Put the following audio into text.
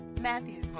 Matthew